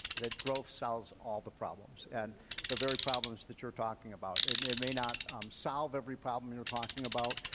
that growth solves all the problems and the very problems that you're talking about. it may it may not um solve every problem you're talking about,